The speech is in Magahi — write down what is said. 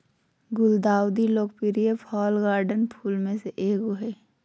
गुलदाउदी लोकप्रिय फ़ॉल गार्डन फूल में से एगो हइ